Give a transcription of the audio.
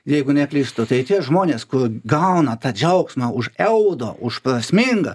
jeigu neklystu tai tie žmonės kur gauna tą džiaugsmą už eudo už prasmingą